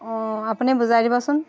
অঁ আপুনি বুজাই দিবচোন